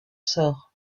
sort